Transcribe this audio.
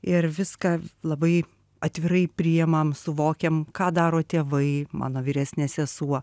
ir viską labai atvirai priemam suvokiam ką daro tėvai mano vyresnė sesuo